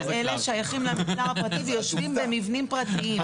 כאשר הילדים האלה שייכים למגזר הפרטי ויושבים במבנים פרטיים.